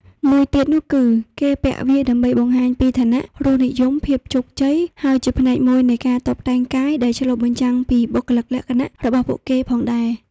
មួយទៀតនោះគឺគេពាក់វាដើម្បីបង្ហាញពី ឋានៈ រសនិយម ភាពជោគជ័យ ហើយ ជាផ្នែកមួយនៃការតុបតែងកាយដែលឆ្លុះបញ្ចាំងពីបុគ្គលិកលក្ខណៈរបស់ពួកគេផងដែរ។